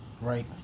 Right